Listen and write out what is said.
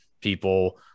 people